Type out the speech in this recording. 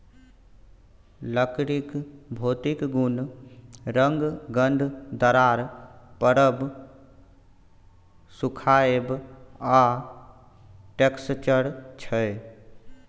लकड़ीक भौतिक गुण रंग, गंध, दरार परब, सुखाएब आ टैक्सचर छै